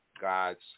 God's